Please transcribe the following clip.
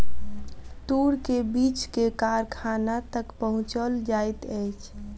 तूर के बीछ के कारखाना तक पहुचौल जाइत अछि